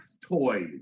toys